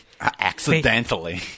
Accidentally